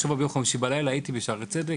בשערי צדק,